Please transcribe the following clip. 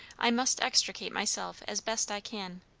i must extricate myself as best i can.